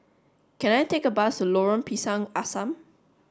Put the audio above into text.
can I take a bus Lorong Pisang Asam